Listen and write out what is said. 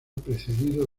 precedido